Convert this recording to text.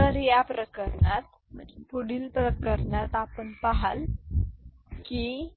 तर या प्रकरणात पुढील प्रकरणात आपण पहाल की